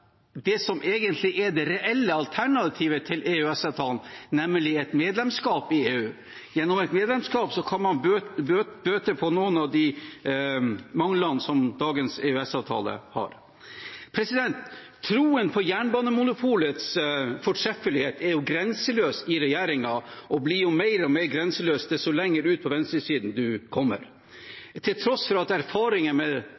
det som egentlig er det reelle alternativet til EØS-avtalen, nemlig et medlemskap i EU. Gjennom et medlemskap kan man bøte på noen av de manglene som dagens EØS-avtale har. Troen på jernbanemonopolets fortreffelighet er grenseløs i regjeringen og blir mer og mer grenseløs dess lenger ut på venstresiden man kommer, til tross for at erfaringene med